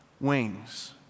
wings